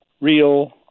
real